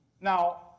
Now